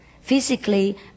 physically